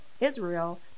Israel